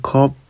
Cup